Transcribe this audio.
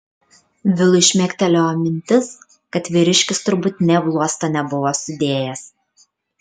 vilui šmėkštelėjo mintis kad vyriškis turbūt nė bluosto nebuvo sudėjęs